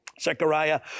Zechariah